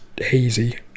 hazy